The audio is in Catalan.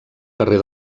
carrer